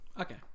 Okay